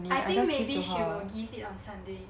I think maybe she will give it on sunday